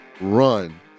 Run